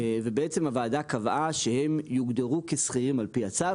בעצם הוועדה קבעה שהם יוגדרו כשכירים על פי הצו,